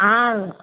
ஆ